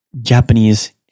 Japanese